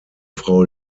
frau